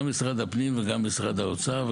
גם משרד הפנים וגם משרד האוצר,